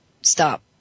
stop